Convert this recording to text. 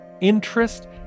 interest